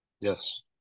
Yes